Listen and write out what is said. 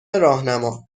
راهنما